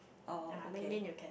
oh okay